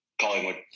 Collingwood